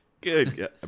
Good